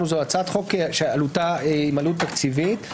זו הצעת חוק שעלותה עם עלות תקציבית,